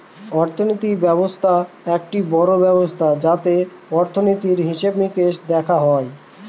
অর্থনীতি ব্যবস্থা একটি বড়ো ব্যবস্থা যাতে অর্থনীতির, হিসেবে নিকেশ দেখা হয়